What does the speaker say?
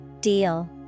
Deal